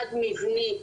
אחד, מבני,